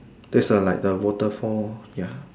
there's a like the waterfall ya